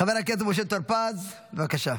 חבר הכנסת משה טור פז, בבקשה.